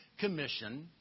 commission